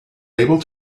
able